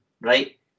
Right